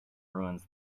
ruins